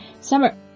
Summer